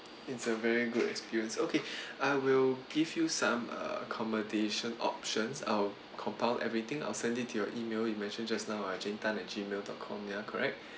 it's a very good experience okay I will give you some uh accommodation options I'll compile everything I'll send it to your email you mentioned just now jean tan at gmail dot com ya correct